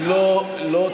אם לא תקשיבו,